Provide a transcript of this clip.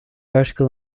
article